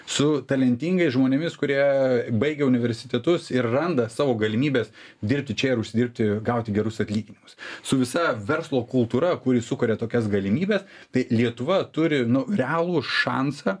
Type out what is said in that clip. su talentingais žmonėmis kurie baigia universitetus ir randa savo galimybes dirbti čia ir užsidirbti gauti gerus atlyginimus su visa verslo kultūra kuri sukuria tokias galimybes tai lietuva turi realų šansą